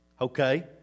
Okay